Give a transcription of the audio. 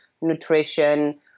nutrition